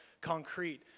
concrete